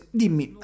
dimmi